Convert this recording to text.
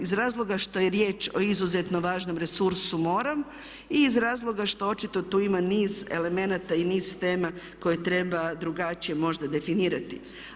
Iz razloga što je riječ o izuzetno važnom resursu mora i iz razloga što očito tu ima niz elemenata i niz tema koje treba drugačije možda definirati.